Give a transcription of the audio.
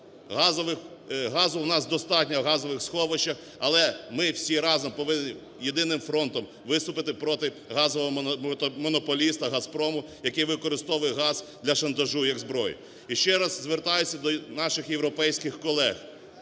Газу у нас достатньо у газових сховищах, але ми всі разом повинні єдиним фронтом виступити проти газового монополіста "Газпрому", який використовує газ для шантажу як зброю. І ще раз звертаюся до наших європейських колег.